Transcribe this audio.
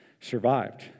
survived